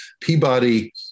Peabody